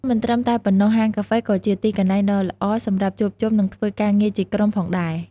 មិនត្រឹមតែប៉ុណ្ណោះ ហាងកាហ្វេក៏ជា ទីកន្លែងដ៏ល្អសម្រាប់ជួបជុំ និងធ្វើការងារជាក្រុម ផងដែរ។